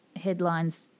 headlines